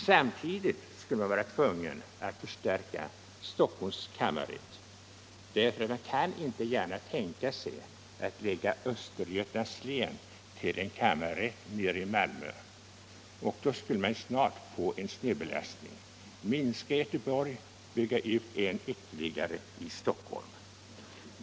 Samtidigt skulle man vara tvungen att förstärka Stockholms kammarrätt därför att man inte gärna kan tänka sig att lägga Östergötlands län under en kammarrätt i Malmö. Därmed skulle man snart få en snedbelastning — minska i Göteborg, bygga ut ytterligare i Stockholm.